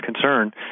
concern